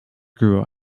grew